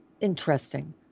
Interesting